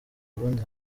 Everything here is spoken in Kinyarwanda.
burundi